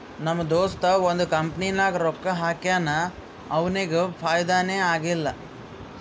ನಮ್ ದೋಸ್ತ ಒಂದ್ ಕಂಪನಿನಾಗ್ ರೊಕ್ಕಾ ಹಾಕ್ಯಾನ್ ಅವ್ನಿಗ ಫೈದಾನೇ ಆಗಿಲ್ಲ